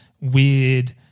weird